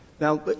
Now